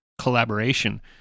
collaboration